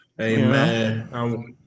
Amen